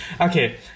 Okay